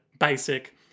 Basic